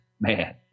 man